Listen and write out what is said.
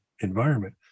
environment